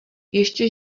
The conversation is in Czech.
ještě